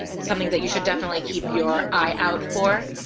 ah something that you should definitely keep your eye out for